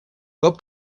cop